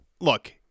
look